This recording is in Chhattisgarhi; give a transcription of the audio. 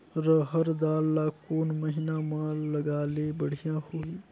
रहर दाल ला कोन महीना म लगाले बढ़िया होही?